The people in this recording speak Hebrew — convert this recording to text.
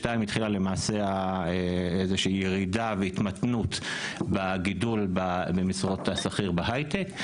התחילה למעשה איזושהי ירידה והתמתנות בגידול במשרות השכיר בהייטק.